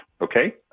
okay